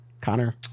Connor